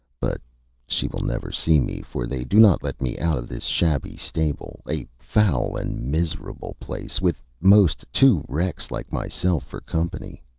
but she will never see me, for they do not let me out of this shabby stable a foul and miserable place, with most two wrecks like myself for company.